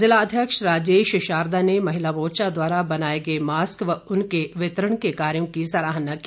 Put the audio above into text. जिला अध्यक्ष राजेश शारदा ने महिला मोर्चा द्वारा बनाए गए मास्क व उनके वितरण के कार्यों की सराहना की